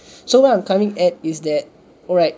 so what I'm coming at is that alright